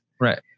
Right